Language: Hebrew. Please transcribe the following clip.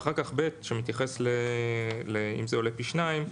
ואחר כך (ב) שמתייחס לאם זה עולה פי שניים,